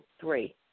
three